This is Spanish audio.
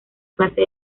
clase